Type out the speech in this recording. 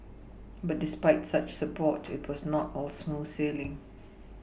but despite such support it was not all smooth sailing